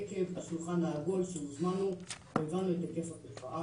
עקב השולחן העגול שהוזמנו והבנו את היקף התופעה.